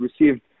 received